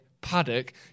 Paddock